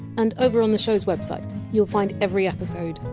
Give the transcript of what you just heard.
and over on the show! s website, you! ll find every episode,